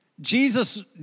Jesus